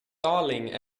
darling